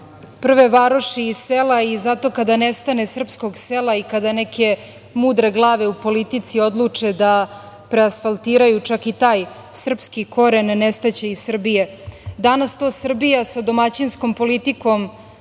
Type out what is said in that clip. prve varoši i sela i zato kada nestane srpskog sela i kada neke mudre glave u politici odluče da preasfaltiraju čak i taj srpski koren, nestaće i Srbije. Danas to Srbija sa domaćinskom politikom,